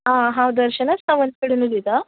आं हांव दर्शना सावंता कडेन उलयता